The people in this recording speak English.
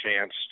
chance